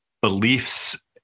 beliefs